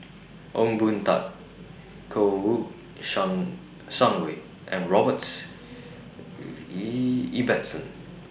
Ong Boon Tat Kouo Shang Shang Wei and Robert Ibbetson